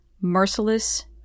merciless